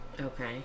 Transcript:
Okay